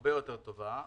הרבה יותר טובה.